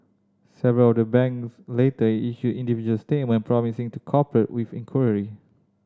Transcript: several of the banks later issued individual statement promising to cooperate with the inquiry